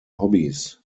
hobbys